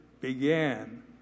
began